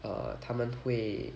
er 他们会